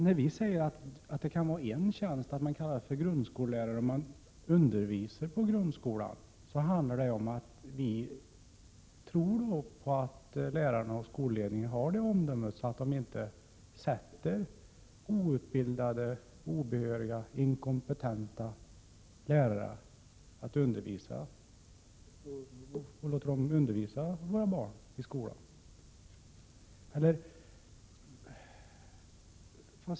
När vi säger att tjänsten kan kallas grundskollärare när undervisningen bedrivs på grundskolan, handlar det om att vi tror att lärarna och skolledningen har omdömet att inte sätta outbildade, obehöriga eller inkompetenta lärare att undervisa våra barn i skolan.